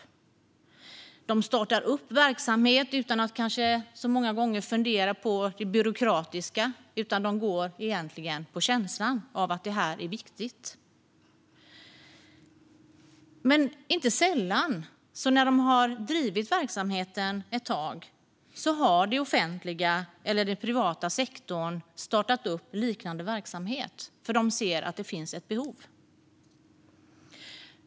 Många gånger startar de verksamhet utan att kanske fundera på det byråkratiska. De går egentligen på känslan av att det är viktigt. Men det är inte sällan så att när de har drivit verksamheten ett tag startar det offentliga eller den privata sektorn liknande verksamhet, för de ser att det finns ett behov.